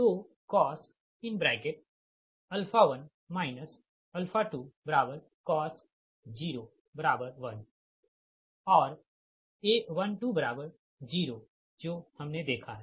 तो cos1 2 cos 0 10 और A120जो हमने देखा है